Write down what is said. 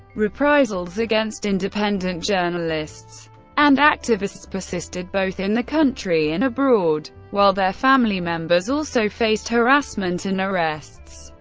reprisals against independent journalists and activists persisted both in the country and abroad, while their family members also faced harassment and arrests.